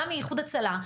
גם מאיחוד הצלה,